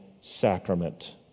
sacrament